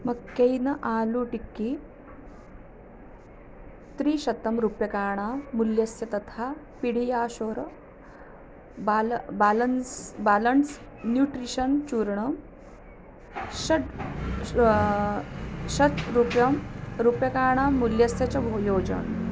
McCain aloo tikki त्रिशतं रूप्यकाणां मुल्यस्य तथा पिडियाशोर बालः बालान् बालस्य न्यूट्रिशन् चूर्णं षट् षट् रूप्यकं रूप्यकाणां मूल्यस्य च भो योजनम्